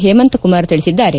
ಹೇಮಂತ್ಕುಮಾರ್ ತಿಳಿಸಿದ್ದಾರೆ